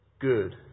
good